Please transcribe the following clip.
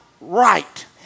right